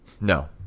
no